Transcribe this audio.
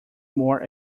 more